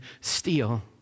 steal